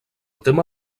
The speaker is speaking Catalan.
tema